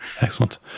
excellent